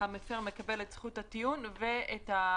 המפר מקבל את זכות הטיעון - ומתקיימים